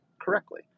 correctly